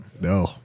No